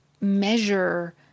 measure